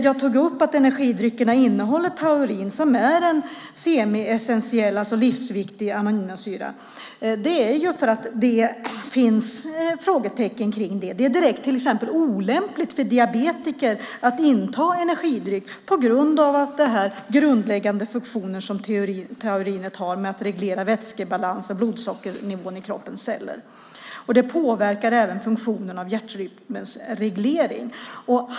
Jag tog upp att energidryckerna innehåller taurin - som är en semiessentiell, det vill säga livsviktig, aminosyra - för att det finns frågetecken kring det. Det är till exempel direkt olämpligt för diabetiker att inta energidryck på grund av de grundläggande funktioner som taurin har med att reglera vätskebalans och blodsockernivå i kroppens celler. Det påverkar även hjärtrytmens reglering.